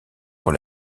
pour